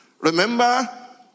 Remember